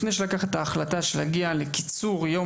לפני שלקח את ההחלטה של להגיע לקיצור יום